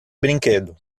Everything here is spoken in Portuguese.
brinquedo